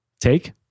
Take